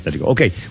okay